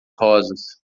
rosas